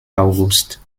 august